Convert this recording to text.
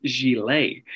gilet